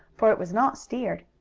for it was not steered.